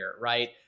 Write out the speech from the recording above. right